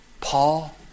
Paul